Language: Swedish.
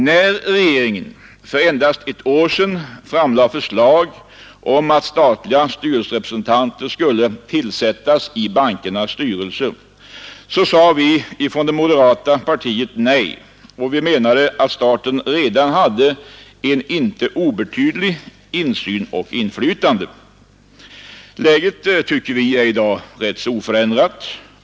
När regeringen för endast ett år sedan framlade förslag om att statliga styrelserepresentanter skulle tillsättas i bankernas styrelser sade vi från moderata samlingspartiet nej och menade, att staten redan i inte obetydlig grad hade insyn och inflytande. Läget är i dag oförändrat.